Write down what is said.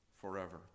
forever